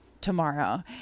tomorrow